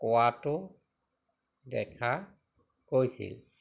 কোৱাটো দেখা গৈছিল